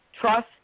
trust